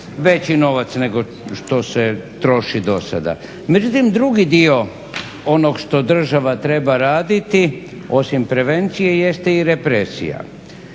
veći novac nego što se troši dosada. Međutim, drugi dio onog što država treba raditi, osim prevencije, jeste i represija.